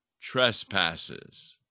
trespasses